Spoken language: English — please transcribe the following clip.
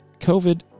covid